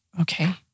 okay